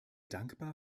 dankbar